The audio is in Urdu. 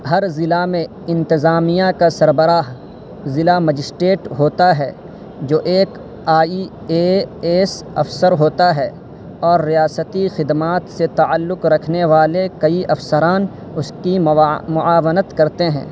ہر ضلع میں انتظامیہ کا سربراہ ضلع مجسٹریٹ ہوتا ہے جو ایک آئی اے ایس افسر ہوتا ہے اور ریاستی خدمات سے تعلق رکھنے والے کئی افسران اس کی معاونت کرتے ہیں